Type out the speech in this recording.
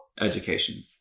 education